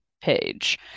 page